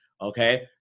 Okay